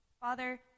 Father